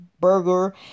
burger